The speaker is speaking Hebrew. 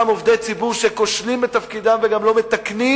עובדי ציבור שכושלים בתפקידם ולא מתקנים,